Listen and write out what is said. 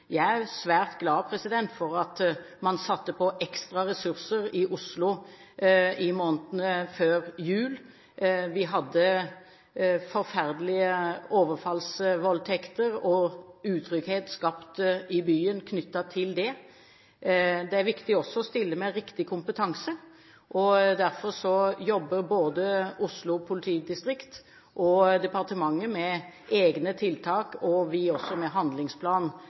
Jeg er svært glad for at man satte inn ekstra ressurser i Oslo i månedene før jul. Vi hadde forferdelige overfallsvoldtekter, og det skapte uttrygghet i byen. Det er også viktig å stille med riktig kompetanse. Derfor jobber både Oslo politidistrikt og departementet med egne tiltak. Vi jobber også med en handlingsplan